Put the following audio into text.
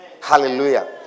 Hallelujah